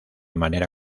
manera